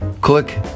click